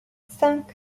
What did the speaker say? cinq